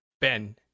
Ben